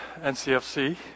NCFC